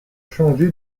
changé